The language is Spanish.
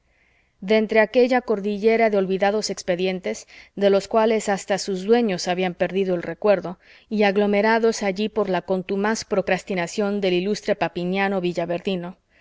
de entre aquella cordillera de olvidados expedientes de los cuales hasta sus dueños habían perdido el recuerdo y aglomerados allí por la contumaz procrastinación del ilustre papiniano villaverdino